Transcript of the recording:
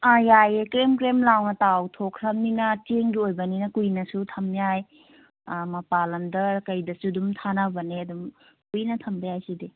ꯑꯥ ꯌꯥꯏꯑꯦ ꯀ꯭ꯔꯦꯝ ꯀ꯭ꯔꯦꯝ ꯂꯥꯎꯅ ꯇꯥꯎꯊꯣꯛꯈꯔꯃꯤꯅ ꯆꯦꯡꯒꯤ ꯑꯣꯏꯕꯅꯤꯅ ꯀꯨꯏꯅꯁꯨ ꯊꯝꯕ ꯌꯥꯏ ꯃꯄꯥꯟ ꯂꯝꯗ ꯀꯩꯗꯁꯨ ꯑꯗꯨꯝ ꯊꯥꯅꯕꯅꯦ ꯑꯗꯨꯝ ꯀꯨꯏꯅ ꯊꯝꯕ ꯌꯥꯏ ꯁꯤꯗꯤ